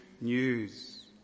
news